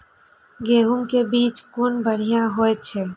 गैहू कै बीज कुन बढ़िया होय छै?